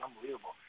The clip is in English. unbelievable